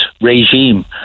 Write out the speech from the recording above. regime